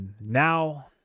now